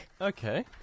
Okay